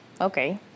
okay